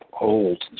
old